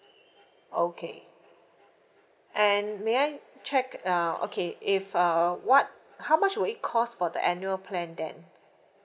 okay and may I check uh okay if err what how much would it cost for the annual plan then